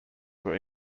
were